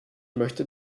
möchte